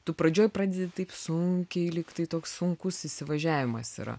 tu pradžioj pradedi taip sunkiai lyg tai toks sunkus įsivažiavimas yra